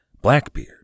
Blackbeard